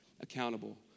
accountable